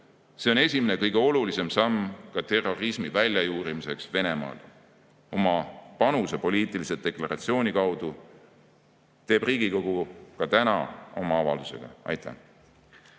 See on esimene kõige olulisem samm terrorismi väljajuurimiseks Venemaal. Oma panuse poliitilise deklaratsiooni kaudu teeb Riigikogu ka täna oma avaldusega. Aitäh!